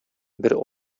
бер